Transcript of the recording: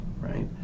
right